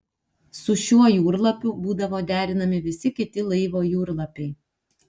su šiuo jūrlapiu būdavo derinami visi kiti laivo jūrlapiai